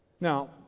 now